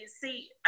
see